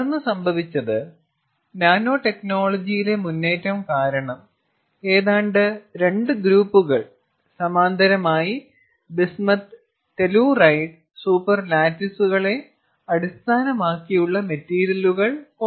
തുടർന്ന് സംഭവിച്ചത് നാനോടെക്നോളജിയിലെ മുന്നേറ്റം കാരണം ഏതാണ്ട് രണ്ട് ഗ്രൂപ്പുകൾ സമാന്തരമായി ബിസ്മത്ത് ടെല്ലൂറൈഡ് സൂപ്പർലാറ്റിസുകളെ അടിസ്ഥാനമാക്കിയുള്ള മെറ്റീരിയലുകൾ കൊണ്ടുവന്നു